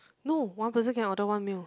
no one person can order one meal